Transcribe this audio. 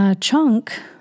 Chunk